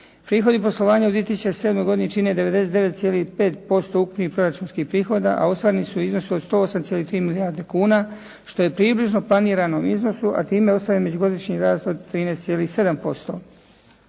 Prihodi poslovanja u 2007. godini čine 99,5% ukupnih proračunskih prihoda, a ostvareni su u iznosu od 108,3 milijarde kuna što je približno planirano iznosu a time ostvaren međugodišnji rast od 13,7%.